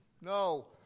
No